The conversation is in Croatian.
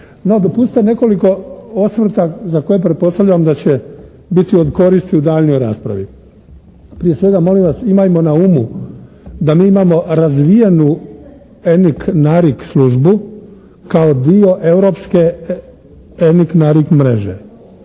dopustite nekoliko osvrta za koje pretpostavljam da će biti od koristi u daljnjoj raspravi. Prije svega molim vas imajmo na umu da mi imamo razvijenu eniknarik službu kao dio europske eniknarik mreže.